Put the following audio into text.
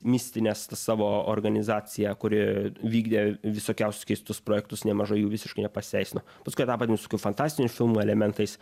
mistines savo organizaciją kuri vykdė visokiausius keistus projektus nemažai jų visiškai nepasiteisino paskui tapo ten visokių fantastinių filmų elementais